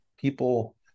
people